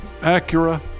Acura